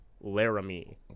Laramie